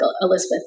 Elizabeth